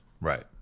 Right